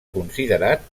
considerat